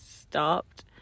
stopped